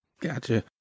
Gotcha